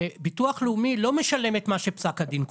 שביטוח לאומי לא משלם את מה שפסק הדין קובע.